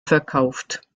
verkauft